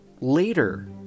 later